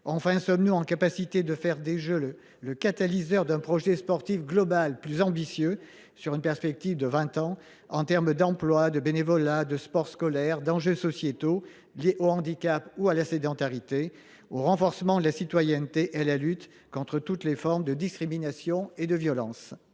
Enfin, sommes nous capables de faire des Jeux le catalyseur d’un projet sportif global plus ambitieux à l’horizon d’une vingtaine d’années, en termes d’emploi, de bénévolat, de sport scolaire ou d’enjeux sociétaux liés au handicap et à la sédentarité, au renforcement de la citoyenneté et à la lutte contre toutes les formes de discrimination et de violence ?